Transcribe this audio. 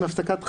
עם הפסקת חשמל,